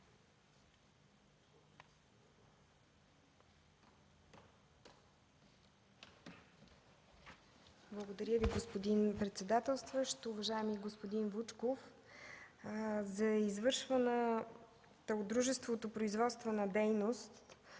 Благодаря, господин председател. Уважаеми господин Вучков, за извършваната от дружеството производствена дейност